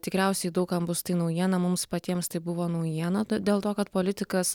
tikriausiai daug kam bus tai naujiena mums patiems tai buvo naujiena t dėl to kad politikas